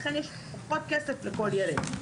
לכן יש פחות כסף לכל ילד.